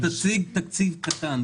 תציג תקציב קטן,